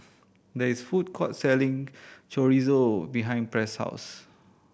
there is a food court selling Chorizo behind Press' house